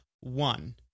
One